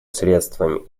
средствами